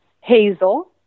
hazel